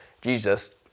Jesus